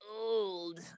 old